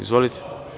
Izvolite.